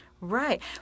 Right